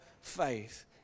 faith